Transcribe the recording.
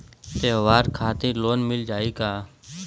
त्योहार खातिर लोन मिल जाई का?